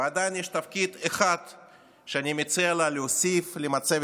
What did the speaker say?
ועדיין יש תפקיד אחד שאני מציע לה להוסיף למצבת